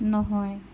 নহয়